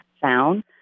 sound